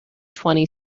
twenty